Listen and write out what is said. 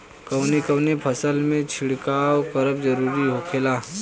कवने कवने फसल में छिड़काव करब जरूरी होखेला?